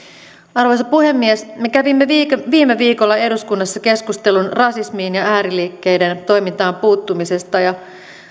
arvoisa puhemies me kävimme viime viime viikolla eduskunnassa keskustelun rasismiin ja ääriliikkeiden toimintaan puuttumisesta ja